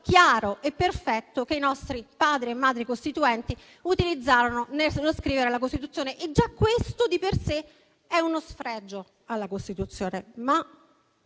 chiaro e perfetto che i nostri Padri e Madri costituenti utilizzarono nello scrivere la Costituzione. Già questo, di per sé, è uno sfregio alla Costituzione.